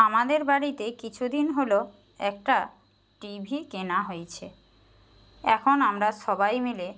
আমাদের বাড়িতে কিছুদিন হল একটা টিভি কেনা হয়েছে এখন আমরা সবাই মিলে